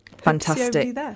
Fantastic